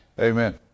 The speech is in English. Amen